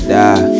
die